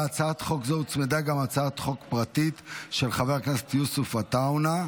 להצעת חוק זו הוצמדה גם הצעת חוק פרטית של חבר הכנסת יוסף עטאונה.